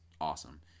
awesome